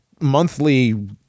monthly